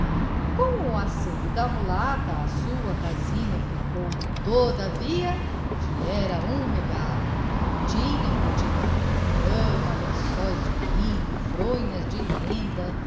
com o asseio da mulata a sua casinha ficou todavia que era um regalo tinham cortinado na cama lençóis de linho fronhas de renda